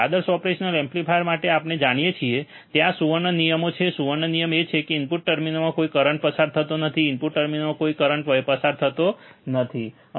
આદર્શ operational amplifier માટે આપણે જાણીએ છીએ ત્યાં સુવર્ણ નિયમો છે સુવર્ણ નિયમ એ છે કે ઇનપુટ ટર્મિનલ્સમાં કોઈ કરંટ પસાર થતો નથી ઇનપુટ ટર્મિનલ્સમાં કોઈ કોઈ કરંટ પસાર થતો નથી બરાબર